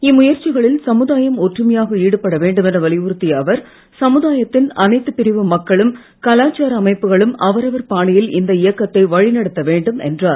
இம்முயற்சிகளில் சமுதாயம் ஒற்றுமையாக ஈடுபட வேண்டுமென வலியுறுத்திய அவர் சமுதாயத்தின் அனைத்துப் பிரிவு மக்களும் கலாச்சார அமைப்புகளும் அவரவர் பாணியில் இந்த இயக்கத்தை வழிநடத்த வேண்டும் என்றார்